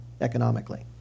economically